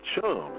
chums